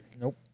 Nope